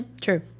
True